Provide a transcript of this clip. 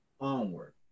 onward